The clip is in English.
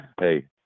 hey